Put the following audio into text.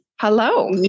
hello